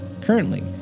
Currently